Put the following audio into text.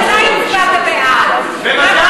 גם אתה הצבעת בעד.